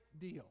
deal